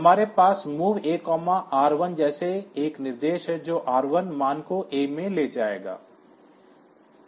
हमारे पास MOV A R1 जैसा एक निर्देश है जो R1 मान को A में ले जाएगा